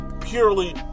purely